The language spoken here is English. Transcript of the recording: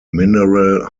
mineral